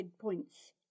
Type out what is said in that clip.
points